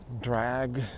drag